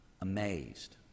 amazed